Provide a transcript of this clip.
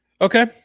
Okay